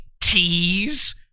tease